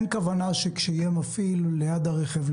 אין כוונה שאם יהיה מפעיל ליד הרכב,